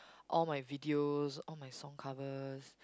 all my videos all my song covers